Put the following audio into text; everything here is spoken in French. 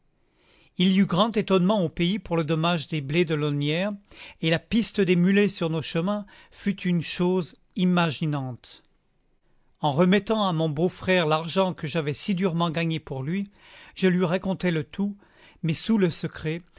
il y eut grand étonnement au pays pour le dommage des blés de l'aulnières et la piste des mulets sur nos chemins fut une chose imaginante en remettant à mon beau-frère l'argent que j'avais si durement gagné pour lui je lui racontai le tout mais sous le secret